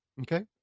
Okay